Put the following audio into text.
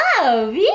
love